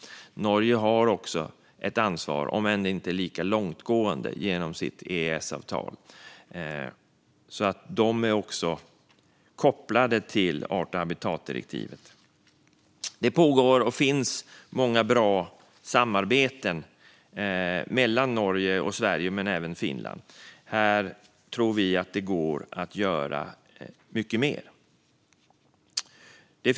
Norge har också ett ansvar, om än inte lika långtgående, genom sitt EES-avtal. De är också kopplade till art och habitatdirektivet. Det pågår och finns många bra samarbeten mellan Norge och Sverige men även med Finland. Vi tror att det går att göra mycket mer här.